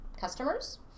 customers